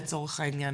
לצורך העניין,